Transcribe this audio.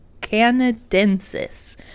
canadensis